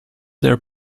their